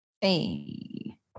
Hey